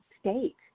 state